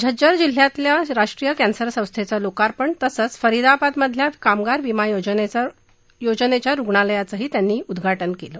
झज्जर जिल्ह्यातल्या राष्ट्रीय कॅन्सर संस्थेचं लोकार्पण तसंच फरीदाबादमधे कामगार विमा योजनेचं रुग्णालयाचंही त्यांनी उद्घाटन केलं